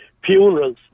Funerals